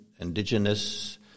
indigenous